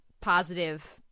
positive